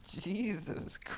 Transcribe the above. Jesus